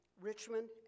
Richmond